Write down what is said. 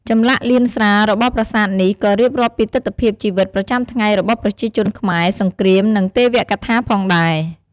ចម្លាក់លៀនស្រាលរបស់ប្រាសាទនេះក៏រៀបរាប់ពីទិដ្ឋភាពជីវិតប្រចាំថ្ងៃរបស់ប្រជាជនខ្មែរ សង្គ្រាម និងទេវកថាផងដែរ។